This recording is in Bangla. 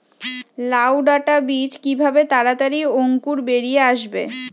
লাউ ডাটা বীজ কিভাবে তাড়াতাড়ি অঙ্কুর বেরিয়ে আসবে?